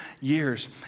years